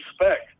respect